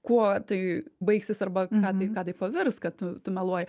kuo tai baigsis arba į ką tai į ką tai pavirs kad tu tu meluoji